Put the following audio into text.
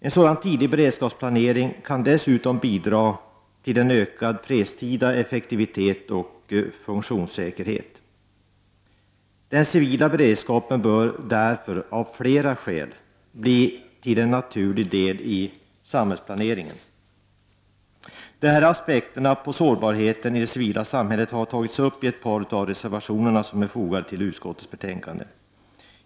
En sådan tidig beredskapsplanering kan dessutom bidra till en ökad fredstida effektivitet och funktionssäkerhet. Den civila beredskapen bör därför, av flera skäl, bli till en naturlig del i samhällsplaneringen. De här aspekterna på sårbarheten i det civila samhället har tagits upp i ett par av reservationerna som är fogade till utskottets betänkande.